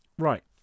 Right